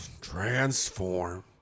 Transform